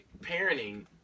parenting